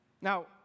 Now